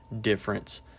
difference